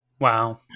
Wow